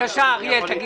--- אי